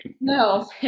No